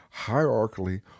hierarchically